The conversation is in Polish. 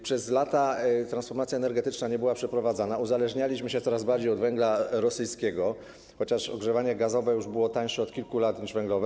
Przez lata transformacja energetyczna nie była przeprowadzana, uzależnialiśmy się coraz bardziej od węgla rosyjskiego, chociaż ogrzewanie gazowe już było tańsze od kilku lat niż węglowe.